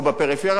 או בפריפריה,